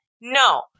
No